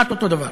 כמעט אותו דבר.